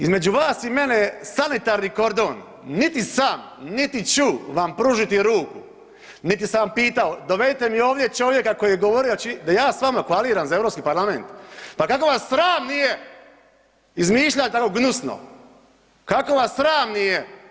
Između vas i mene sanitarni kordon niti sam, niti ću vam pružiti ruku, niti sam pitao, dovedite mi ovdje čovjeka koji je govorio da ja s vama koaliram za Europski parlament, pa kako vas sram nije izmišljati tako gnjusno, kako vas sram nije.